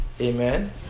Amen